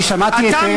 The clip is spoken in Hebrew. אני שמעתי היטב.